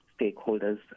stakeholders